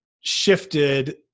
shifted